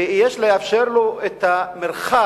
ויש לאפשר לו את המרחב